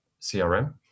CRM